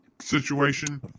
situation